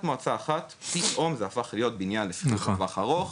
מועצה אחת פתאום זה הפך להיות בניין לשכירות לטווח ארוך.